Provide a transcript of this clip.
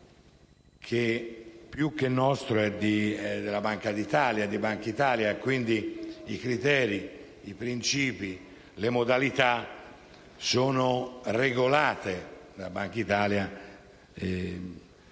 che più che nostro è della Banca d'Italia, per cui i criteri, i principi e le modalità sono regolati dalla Banca d'Italia